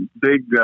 big